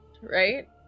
right